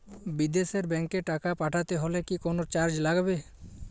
বিদেশের ব্যাংক এ টাকা পাঠাতে হলে কি কোনো চার্জ লাগবে?